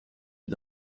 est